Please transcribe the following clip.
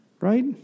Right